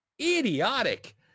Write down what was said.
idiotic